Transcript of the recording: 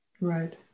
right